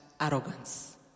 arrogance